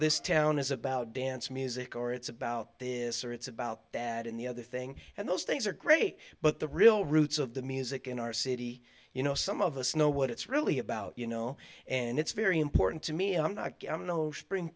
this town is about dance music or it's about this or it's about that and the other thing and those things are great but the real roots of the music in our city you know some of us know what it's really about you know and it's very important to me i'm not i'm no spring